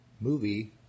Movie